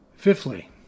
Fifthly